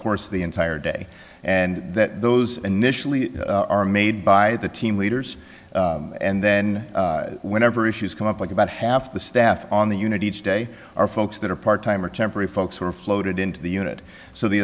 course of the entire day and that those initially are made by the team leaders and then whenever issues come up like about half the staff on the unit each day are folks that are part time or temporary folks who are floated into the unit so the